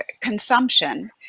consumption